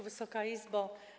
Wysoka Izbo!